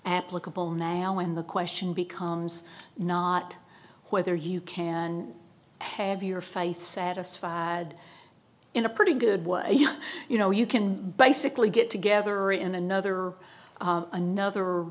applicable now and the question becomes not whether you can have your faith satisfied in a pretty good way you know you can basically get together in another another